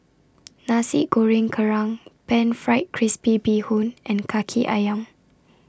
Nasi Goreng Kerang Pan Fried Crispy Bee Hoon and Kaki Ayam